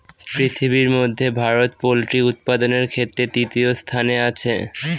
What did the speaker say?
পৃথিবীর মধ্যে ভারত পোল্ট্রি উৎপাদনের ক্ষেত্রে তৃতীয় স্থানে আছে